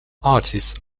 artists